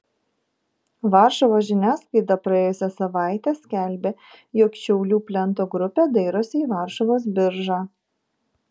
varšuvos žiniasklaida praėjusią savaitę skelbė jog šiaulių plento grupė dairosi į varšuvos biržą